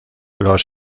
los